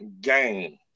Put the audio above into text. game